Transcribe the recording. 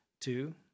two